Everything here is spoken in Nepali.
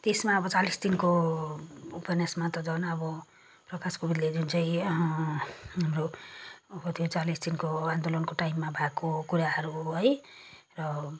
अन्त त्यसमा अब चालिस दिनको उपन्यासमा त झन अब प्रकाश कोविदले जुन चाहिँ हाम्रो चालिस दिनको आन्दोलनको टाइममा भएको कुराहरू है र